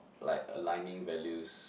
like aligning values